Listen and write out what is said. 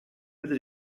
bitte